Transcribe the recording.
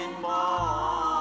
more